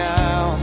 now